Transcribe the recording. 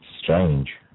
Strange